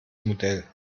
modell